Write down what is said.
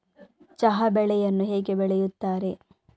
ಚಹಾ ಬೆಳೆಯನ್ನು ಹೇಗೆ ಬೆಳೆಯುತ್ತಾರೆ?